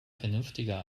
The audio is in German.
vernünftiger